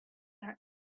are